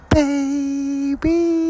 baby